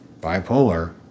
bipolar